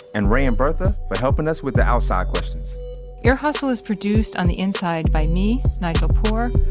and, ray and bertha for helping us with the outside questions ear hustle is produced on the inside by me, nigel poor,